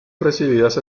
recibidas